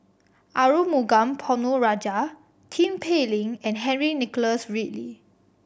Arumugam Ponnu Rajah Tin Pei Ling and Henry Nicholas Ridley